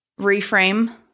reframe